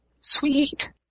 Sweet